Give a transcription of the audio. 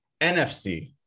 nfc